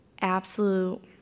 absolute